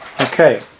Okay